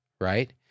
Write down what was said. right